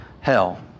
hell